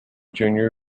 junior